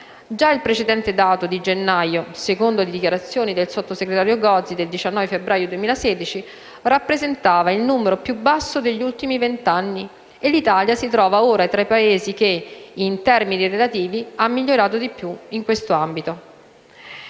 Già il precedente dato di gennaio, secondo le dichiarazioni del sottosegretario Gozi del 19 febbraio 2016, rappresentava il numero più basso degli ultimi vent'anni e l'Italia si trova ora tra i Paesi che, in termini relativi, è migliorato di più in questo ambito.